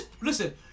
Listen